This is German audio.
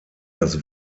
das